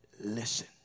listen